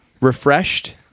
refreshed